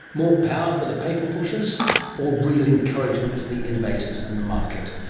more power for the paper-pushers or real encouragement for the innovators and the market?